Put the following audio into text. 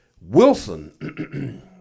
Wilson